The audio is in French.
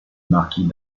marquis